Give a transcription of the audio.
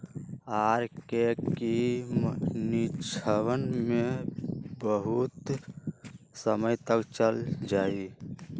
R K की मक्षिणवन भी बहुत समय तक चल जाहई